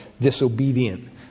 disobedient